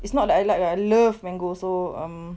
it's not that I like ah I love mango so um